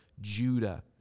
Judah